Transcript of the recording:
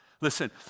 Listen